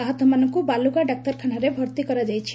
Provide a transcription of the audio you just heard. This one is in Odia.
ଆହତମାନଙ୍କୁ ବାଲୁଗାଁ ଡାକ୍ତରଖାନାରେ ଭର୍ଭି କରାଯାଇଛି